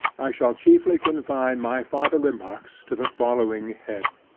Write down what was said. i shall chiefly confine my farther remarks to the following heads.